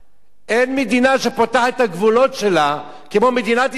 אין מדינה שפותחת את הגבולות שלה כמו מדינת ישראל,